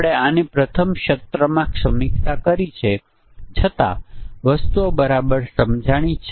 જો આપણે તેમના 40 પરિમાણો બધા 40 પરિમાણો ને ધ્યાનમાં લેવાની જરૂર નથી પ્રાયોગિક રૂપે તે બતાવવામાં આવ્યું છે